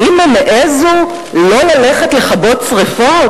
האם הם העזו לא לכבות שרפות?